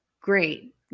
great